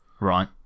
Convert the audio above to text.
Right